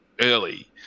early